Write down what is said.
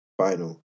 Final